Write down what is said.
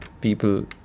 People